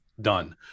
done